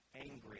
angry